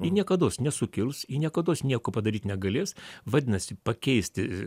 ji niekados nesukils ji niekados nieko padaryt negalės vadinasi pakeisti